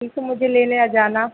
ठीक है मुझे लेने आ जाना